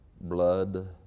Blood